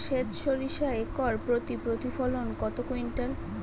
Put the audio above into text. সেত সরিষা একর প্রতি প্রতিফলন কত কুইন্টাল?